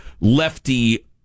lefty